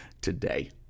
today